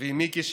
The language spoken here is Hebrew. ועם מיקי,